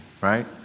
right